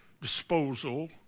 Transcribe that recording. disposal